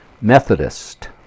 Methodist